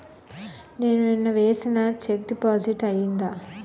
నేను నిన్న వేసిన చెక్ డిపాజిట్ అయిందా?